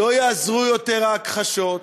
לא יעזרו יותר ההכחשות,